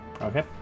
Okay